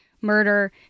murder